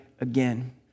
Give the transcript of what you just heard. again